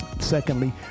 Secondly